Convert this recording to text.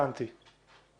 תאמין לי.